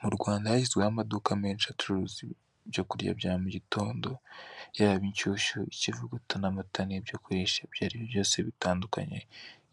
Mu Rwanda hashyizweho amaduka menshi acuruza ibyo kurya bya mu gitondo. Yaba inshushyu, ikivuguto n'amatara n'ibyo kurisha ibyo ari byo byose bitandukanye.